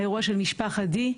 האירוע של משפחת די,